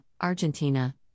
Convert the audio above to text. Argentina